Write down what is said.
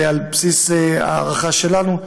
ועל בסיס ההערכה שלנו,